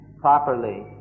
properly